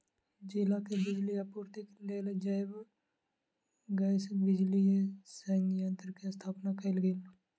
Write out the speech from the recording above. जिला के बिजली आपूर्तिक लेल जैव गैस बिजली संयंत्र के स्थापना कयल गेल